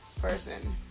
person